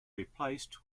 replaced